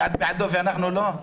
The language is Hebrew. את בעדו ואנחנו לא?